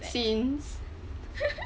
scenes